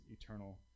eternal